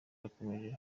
bakomeje